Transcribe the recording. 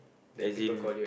as in